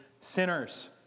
sinners